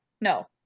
no